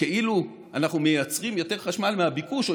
כאילו אנחנו מייצרים יותר חשמל מהביקוש או